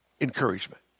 encouragement